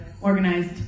organized